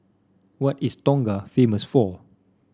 what is Tonga famous for